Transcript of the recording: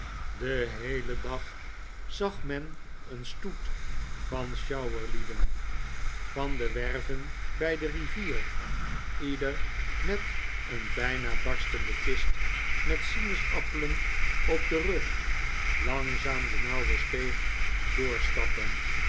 den heelen dag zag men een stoet van sjouwerlieden van de werven bij de rivier ieder met een bijna barstende kist met sinaasappelen op den rug langzaam de nauwe steeg doorstappen